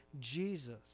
Jesus